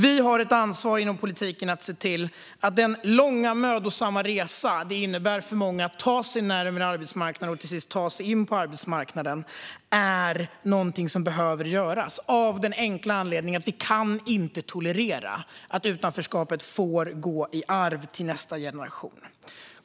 Vi har ett ansvar inom politiken att se till att den långa och mödosamma resa som det innebär för många att ta sig närmare arbetsmarknaden och till sist ta sig in på den är möjlig att göra, detta av den enkla anledningen att vi inte kan tolerera att utanförskapet går i arv till nästa generation.